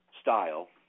Style